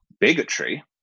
bigotry